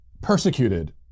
persecuted